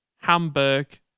Hamburg